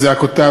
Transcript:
זעקותיו,